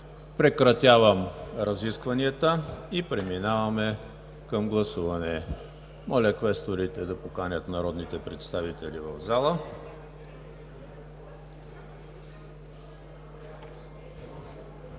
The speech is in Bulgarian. Прекратявам разискванията и преминаваме към гласуване. Моля, квесторите да поканят народните представители в залата.